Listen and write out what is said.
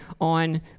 on